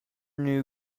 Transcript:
knew